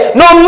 no